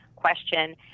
question